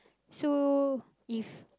so if